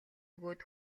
өгөөд